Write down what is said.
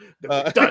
Done